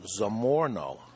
Zamorno